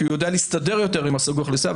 כי הוא יודע להסתדר יותר עם סוג האוכלוסייה,